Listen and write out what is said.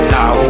Now